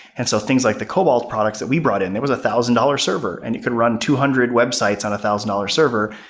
and so things like the cobalt products that we brought in, it was a thousand dollar server and it could run two hundred website on a thousand dollar server.